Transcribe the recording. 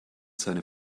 seine